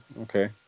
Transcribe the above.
Okay